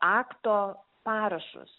akto parašus